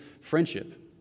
friendship